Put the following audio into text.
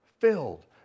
Filled